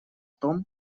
том